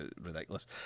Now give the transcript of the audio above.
ridiculous